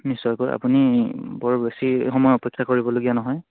নিশ্চয়কৈ আপুনি বৰ বেছি সময় অপেক্ষা কৰিবলগীয়া নহয়